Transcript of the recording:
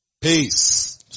Peace